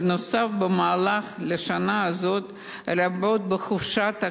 בנוסף, במהלך השנה הזאת, לרבות בחופשת הקיץ,